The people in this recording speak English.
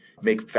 make